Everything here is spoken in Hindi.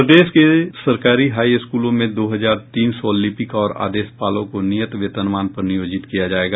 प्रदेश के सरकारी हाई स्कूलों में दो हजार तीन सौ लिपिक और आदेशपालों को नियत वेतनमान पर नियोजित किया जायेगा